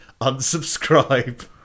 Unsubscribe